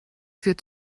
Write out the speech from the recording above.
führt